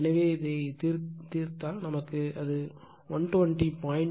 எனவே தீர்க்கப்பட்டால் அது 120